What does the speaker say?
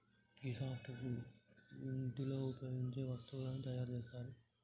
గీ softwood ఇంటిలో ఉపయోగించే వస్తువులను తయారు చేస్తరు